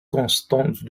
constante